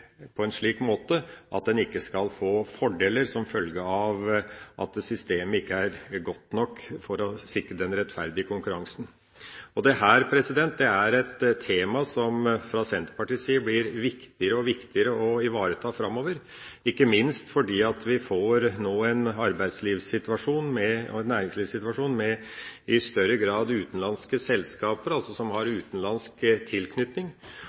på en slik måte at en ikke skal få fordeler som følge av at systemet ikke er godt nok til å sikre den rettferdige konkurransen. Dette er et tema som vi fra Senterpartiets side mener det blir viktigere og viktigere å ivareta framover, ikke minst fordi vi nå i større grad får en arbeidslivssituasjon og en næringslivssituasjon med utenlandske selskaper, altså selskaper som har utenlandsk tilknytning.